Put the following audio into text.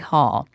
Hall